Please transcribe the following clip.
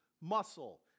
muscle